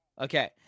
Okay